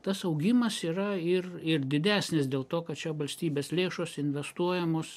tas augimas yra ir ir didesnis dėl to kad čia valstybės lėšos investuojamos